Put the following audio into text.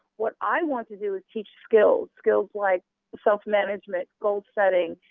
what i want to do is teach skills, skills like self-management, goal setting,